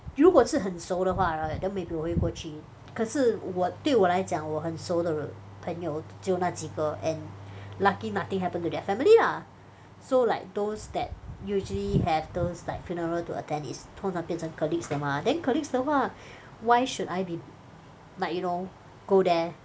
如果是很熟的话 right then maybe 我会过去可是我对我来讲我很熟的人朋友只有那几个 and lucky nothing happen to their family lah so like those that usually have those like funeral to attend is 通常变成 colleagues 的 mah then colleagues 的话 why should I be like you know go there